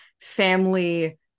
family